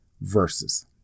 versus